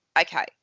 okay